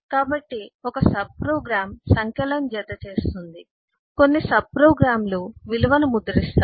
కాబట్టి ఒక సబ్ప్రోగ్రామ్ సంఖ్యలను జతచేస్తుంది కొన్ని సబ్ప్రోగ్రామ్లు విలువను ముద్రిస్తాయి